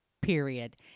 period